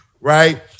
right